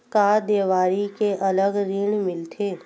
का देवारी के अलग ऋण मिलथे?